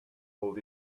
hold